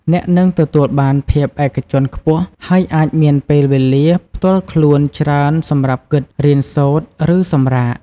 អ្នកនឹងទទួលបាន ភាពឯកជនខ្ពស់ ហើយអាចមានពេលវេលាផ្ទាល់ខ្លួនច្រើនសម្រាប់គិត រៀនសូត្រ ឬសម្រាក។